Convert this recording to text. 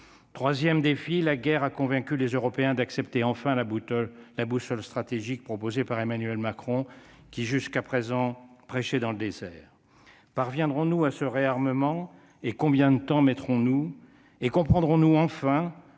3ème défi, la guerre a convaincu les Européens d'accepter enfin la bouteille la boussole stratégique proposée par Emmanuel Macron, qui jusqu'à présent prêcher dans le désert parviendrons-nous à ce réarmement et combien de temps mettront nous